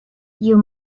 you